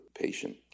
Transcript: patient